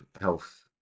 health